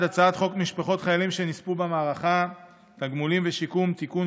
1. הצעת חוק משפחות חיילים שנספו במערכה (תגמולים ושיקום) (תיקון,